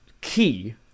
key